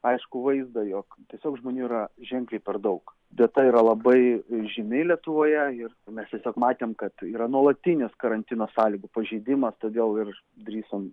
aiškų vaizdą jog tiesiog žmonių yra ženkliai per daug vieta yra labai žymi lietuvoje ir mes tiesiog matėm kad yra nuolatinis karantino sąlygų pažeidimas todėl ir drįsom